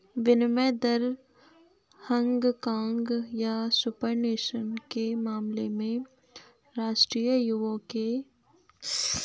विनिमय दर हांगकांग या सुपर नेशनल के मामले में उपराष्ट्रीय यूरो के मामले में होता है